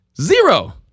Zero